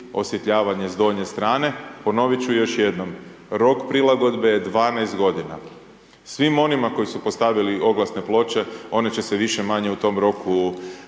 osvjetljavanje s donje strane. Ponoviti ću još jednom rok prilagodbe je 12 godina. Svim onima koji su postavili oglasne ploče oni će se više-manje u tom roku